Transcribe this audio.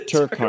Turk